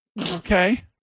okay